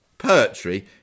Poetry